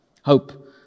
Hope